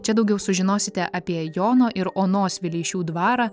čia daugiau sužinosite apie jono ir onos vileišių dvarą